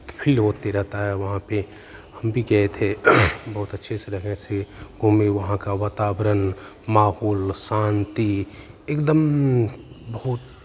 feel होते रहता है वहाँ पे हम भी गए थे बहुत अच्छे से तरह से घूमे वहाँ का वातावरण माहौल शान्ति एकदम बहुत